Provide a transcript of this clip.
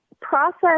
process